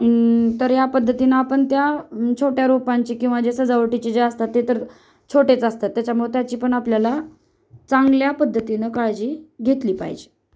तर या पद्धतीनं आपण त्या छोट्या रोपांची किंवा ज्या सजावटीचे जे असतात ते तर छोटेच असतात त्याच्यामुळे त्याची पण आपल्याला चांगल्या पद्धतीनं काळजी घेतली पाहिजे